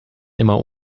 immer